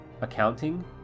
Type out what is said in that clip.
accounting